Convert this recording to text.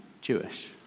Jewish